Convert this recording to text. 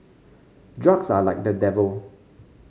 drugs are like the devil